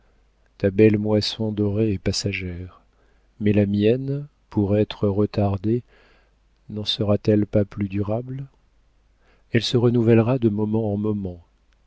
ta belle moisson dorée est passagère mais la mienne pour être retardée n'en sera-t-elle pas plus durable elle se renouvellera de moments en moments